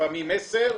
לפעמים עשר.